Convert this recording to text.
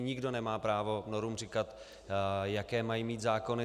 Nikdo nemá právo Norům říkat, jaké mají mít zákony.